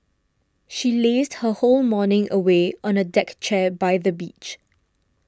she lazed her whole morning away on a deck chair by the beach